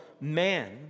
man